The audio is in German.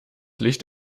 licht